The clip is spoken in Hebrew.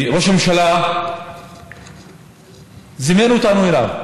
ראש הממשלה זימן אותנו אליו.